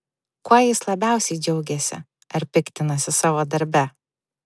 kuo jis labiausiai džiaugiasi ar piktinasi savo darbe